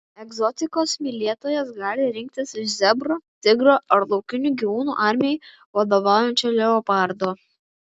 egzotikos mylėtojos gali rinktis iš zebro tigro ar laukinių gyvūnų armijai vadovaujančio leopardo